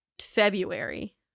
February